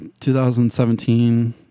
2017